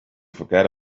forget